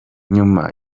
nyuma